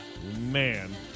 man